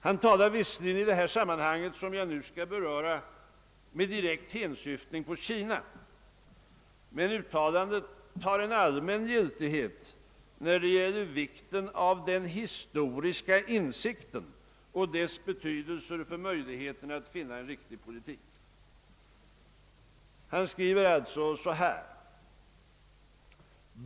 Han talar visserligen i det sammanhang som jag nu skall beröra med direkt hänsyftning på Kina, men uttalandet har en allmän giltighet när det gäller vikten av den historiska insikten och dess betydelse för möjligheterna att finna en riktig utrikespolitik. Han skriver: ».